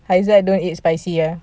okay wait wait haizat don't eat spicy ah